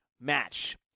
match